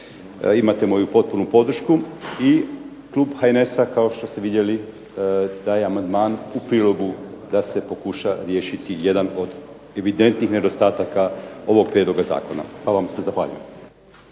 imate moju potpunu podršku i klub HNS-a kao što ste vidjeli da je amandman u prilogu da se pokuša riješiti jedan od evidentnih nedostataka ovog prijedloga zakona. Pa vam se zahvaljujem.